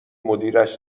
مدیرش